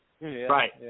Right